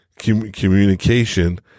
Communication